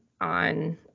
on